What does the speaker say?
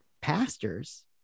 pastors